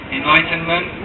enlightenment